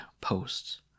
posts